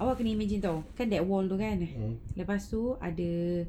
awak kena imagine [tau] kan that wall tu kan lepas tu ada